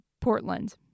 Portland